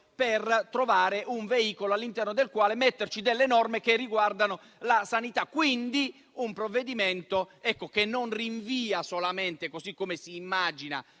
per trovare un veicolo all'interno del quale inserire delle norme che riguardano la sanità. Tale provvedimento quindi non rinvia solamente, così come immagina